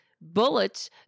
bullets